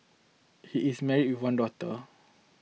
he is married with one daughter